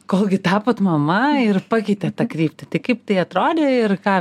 kol gi tapot mama ir pakeitėt tą kryptį tai kaip tai atrodė ir ką